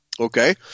Okay